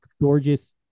gorgeous